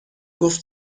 گفت